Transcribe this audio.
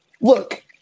look